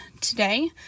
today